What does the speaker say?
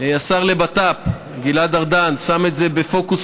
שהשר לביטחון הפנים גלעד ארדן שם את זה בפוקוס